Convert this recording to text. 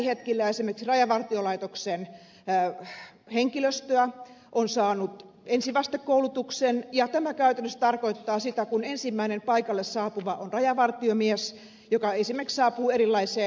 tälläkin hetkellä esimerkiksi osa rajavartiolaitoksen henkilöstöä on saanut ensivastekoulutuksen ja tämä käytännössä tarkoittaa sitä että kun esimerkiksi vaikka sairauskohtaustilanteessa tai onnettomuustilanteessa ensimmäisenä paikalle saapuva on rajavartiomies jakaisimme saapuu erilaisia